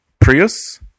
Prius